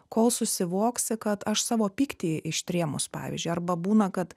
kol susivoksi kad aš savo pyktį ištrėmus pavyzdžiui arba būna kad